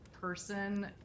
person